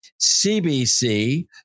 CBC